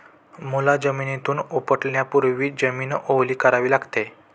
मुळा जमिनीतून उपटण्यापूर्वी जमीन ओली करावी लागते